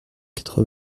quatre